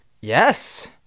Yes